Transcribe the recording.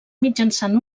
mitjançant